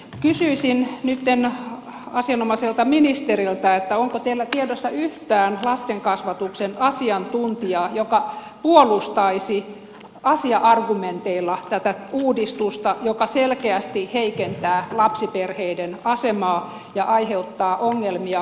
kysyisin nytten asianomaiselta ministeriltä onko teillä tiedossa yhtään lastenkasvatuksen asiantuntijaa joka puolustaisi asia argumenteilla tätä uudistusta joka selkeästi heikentää lapsiperheiden asemaa ja aiheuttaa ongelmia pienten lasten vanhemmille